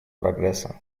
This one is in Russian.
прогресса